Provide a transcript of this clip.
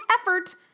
effort